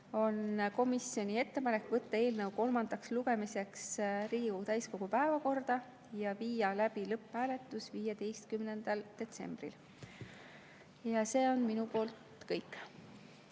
on komisjoni ettepanek võtta eelnõu kolmandaks lugemiseks Riigikogu täiskogu päevakorda ja viia läbi lõpphääletus 15. detsembril. See on minu poolt kõik.